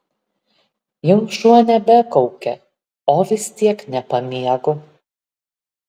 jau šuo nebekaukia o vis tiek nepamiegu